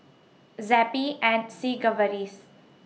Zappy and Sigvaris